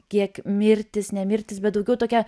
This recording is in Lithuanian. kiek mirtys ne mirtys bet daugiau tokia